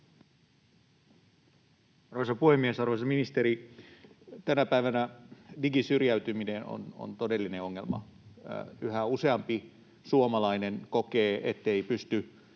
Arvoisa puhemies! Arvoisa ministeri, tänä päivänä digisyrjäytyminen on todellinen ongelma. Yhä useampi suomalainen kokee, ettei pysty